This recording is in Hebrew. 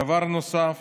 דבר נוסף